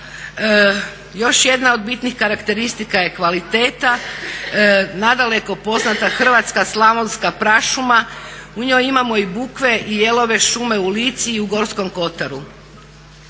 Još jedna od bitnih karakteristika je kvaliteta, nadaleko poznata hrvatska, slavonska prašuma, u njoj imamo i bukve i jelove šume u Lici i u Gorskom kotaru.